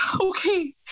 Okay